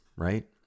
right